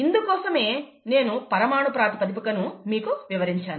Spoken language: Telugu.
ఇందుకోసమే నేను పరమాణు ప్రాతిపదికను మీకు వివరించాను